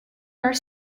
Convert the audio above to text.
are